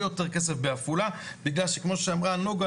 יותר כסף בעפולה בגלל שכמו שאמרה נגה,